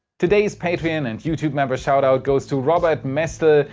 today's patreon and youtube member shout out goes to robert mestl,